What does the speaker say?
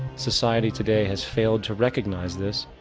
society today has failed to recognize this,